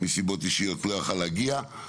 שלא יכול היה להגיע מסיבות אישיות.